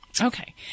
Okay